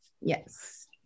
Yes